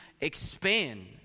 expand